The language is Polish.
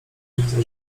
widzę